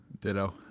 Ditto